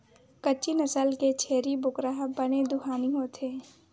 कच्छी नसल के छेरी बोकरा ह बने दुहानी होथे